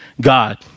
God